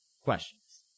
questions